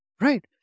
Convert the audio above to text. Right